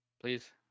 Please